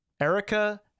Erica